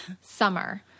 summer